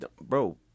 Bro